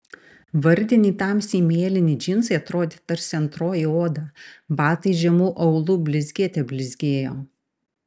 vardiniai tamsiai mėlyni džinsai atrodė tarsi antroji oda batai žemu aulu blizgėte blizgėjo